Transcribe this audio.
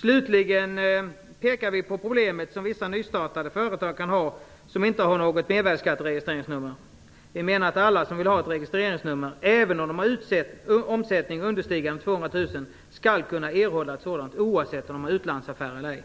Slutligen pekar vi på problemet som vissa nystartade företag kan ha som inte har något mervärdesskatteregistreringsnummer. Vi menar att alla som vill ha ett registreringsnummer, även om de har en omsättning understigande 200 000 kr, skall kunna erhålla ett sådant oavsett om de ha utlandsaffärer eller ej.